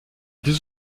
deux